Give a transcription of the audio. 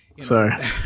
Sorry